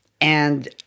And-